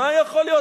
מה יכול להיות?